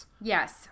Yes